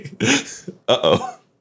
Uh-oh